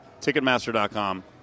Ticketmaster.com